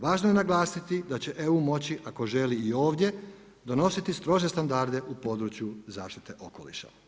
Važno je naglasiti da će EU moći ako želi i ovdje donositi strože standarde u području zaštite okoliša.